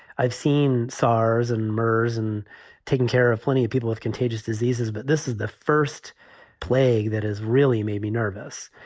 i've seen scars and murders and taking care of plenty of people with contagious diseases. but this is the first plague that has really made me nervous.